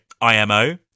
IMO